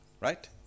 right